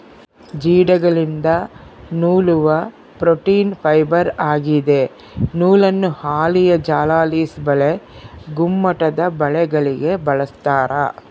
ಜೇಡಗಳಿಂದ ನೂಲುವ protein fibre ಆಗಿದೆ ನೂಲನ್ನು ಹಾಳೆಯ ಜಾಲ ಲೇಸ್ ಬಲೆ ಗುಮ್ಮಟದಬಲೆಗಳಿಗೆ ಬಳಸ್ತಾರ